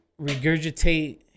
regurgitate